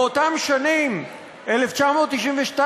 באותן שנים, 1992 1994,